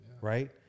right